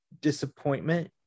disappointment